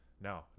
No